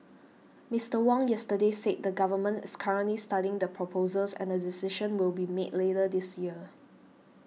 Mister Wong yesterday said the Government is currently studying the proposals and a decision will be made later this year